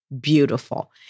Beautiful